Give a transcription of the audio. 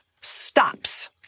stops